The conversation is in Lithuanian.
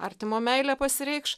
artimo meilė pasireikš